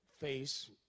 face